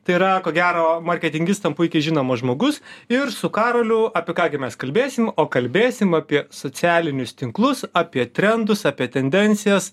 tai yra ko gero marketingistam puikiai žinomas žmogus ir su karoliu apie ką gi mes kalbėsim o kalbėsim apie socialinius tinklus apie trendus apie tendencijas